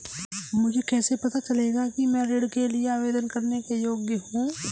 मुझे कैसे पता चलेगा कि मैं ऋण के लिए आवेदन करने के योग्य हूँ?